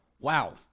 wow